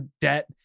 debt